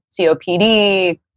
COPD